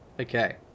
Okay